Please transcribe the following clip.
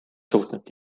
suutnud